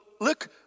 look